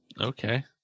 Okay